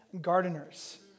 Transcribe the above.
gardeners